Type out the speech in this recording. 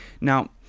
Now